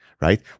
right